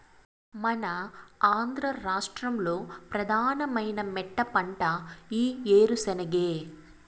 మన ఆంధ్ర రాష్ట్రంలో ప్రధానమైన మెట్టపంట ఈ ఏరుశెనగే